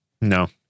No